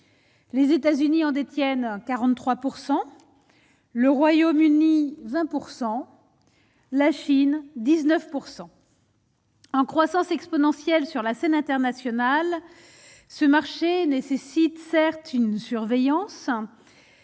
les États-Unis en détiennent 43 pourcent le Royaume-Uni 20 100 la Chine 19 pourcent. En croissance exponentielle sur la scène internationale, ce marché nécessite certes une surveillance